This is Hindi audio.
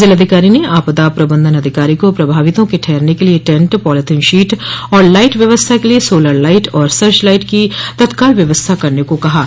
जिलाधिकारी ने आपदा प्रबन्धन अधिकारी को प्रभावितों के ठहरने के लिए टैण्ट पालीथिन सीट और लाईट व्यवस्था के लिए सोलर लाईट और सर्च लाईट की तत्काल व्यवस्था करने को कहा है